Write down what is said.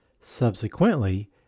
subsequently